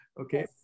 Okay